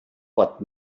what